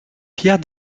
pierre